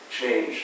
change